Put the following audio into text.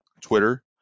Twitter